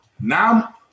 Now